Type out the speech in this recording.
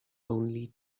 only